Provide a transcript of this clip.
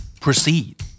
Proceed